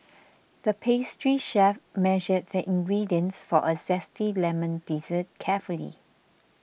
the pastry chef measured the ingredients for a Zesty Lemon Dessert carefully